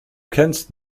kennst